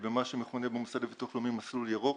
במה שמכונה במוסד לביטוח לאומי "מסלול ירוק",